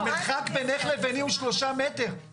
המרחק בינך לביני הוא שלושה מטר,